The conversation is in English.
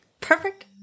Perfect